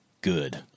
good